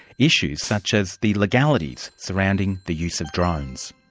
issues such as the legalities surrounding the use of drones.